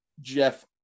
Jeff